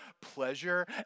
pleasure